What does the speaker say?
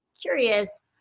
curious